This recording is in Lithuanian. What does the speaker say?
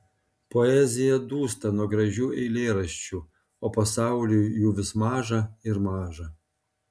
poezija dūsta nuo gražių eilėraščių o pasauliui jų vis maža ir maža